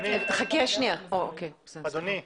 אדוני,